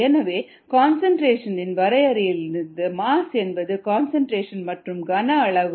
எனவே கன்சன்ட்ரேஷன் இன் வரையறையிலிருந்து மாஸ் என்பது கன்சன்ட்ரேஷன் மற்றும் கன அளவு அதாவது வால்யும் இன் பெருக்கல் ஆகும்